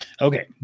Okay